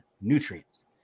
nutrients